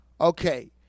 Okay